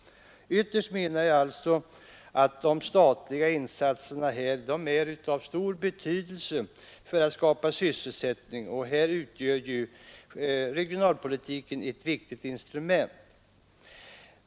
Ytterst menar jag att de statliga insatserna har en stor betydelse för att skapa sysselsättning, och här utgör regionalpolitiken ett viktigt instrument.